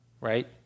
right